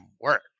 work